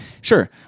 sure